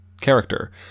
character